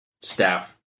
staff